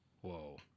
Whoa